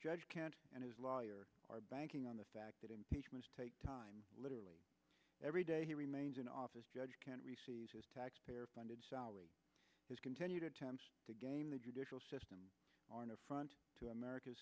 judge can't and his lawyer are banking on the fact that impeachment take time literally every day he remains in office judge can receive his taxpayer funded sali his continued attempts to game the judicial system are an affront to america